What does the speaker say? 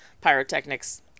pyrotechnics